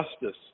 justice